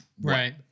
Right